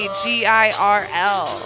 girl